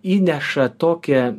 įneša tokią